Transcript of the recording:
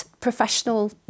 professional